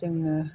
जोङो